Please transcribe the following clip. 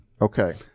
okay